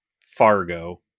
Fargo